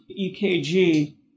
EKG